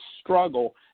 struggle